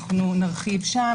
אנחנו נרחיב שם,